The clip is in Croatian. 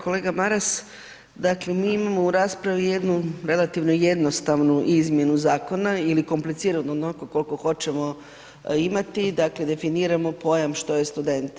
Kolega Maras, dakle mi imamo u raspravi jednu relativno jednostavnu izmjenu zakona ili kompliciranu onolko kolko hoćemo imati, dakle definiramo pojam što je student.